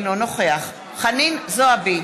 אינו נוכח חנין זועבי,